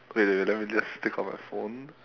wait wait wait let me just take out my phone